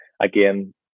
again